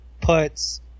puts –